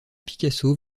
picasso